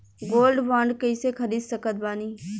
Gold bond कईसे खरीद सकत बानी?